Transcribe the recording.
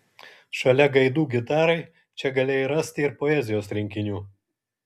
šalia gaidų gitarai čia galėjai rasti ir poezijos rinkinių